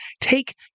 take